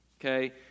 okay